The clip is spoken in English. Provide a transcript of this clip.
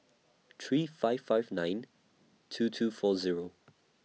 three five five nine two two four Zero